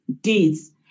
deeds